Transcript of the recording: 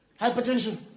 Hypertension